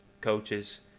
coaches